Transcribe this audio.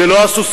זה לא הסוסים,